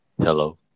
hello